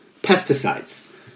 Pesticides